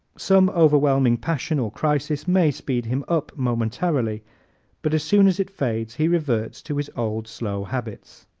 some overwhelming passion or crisis may speed him up momentarily but as soon as it fades he reverts to his old slow habits.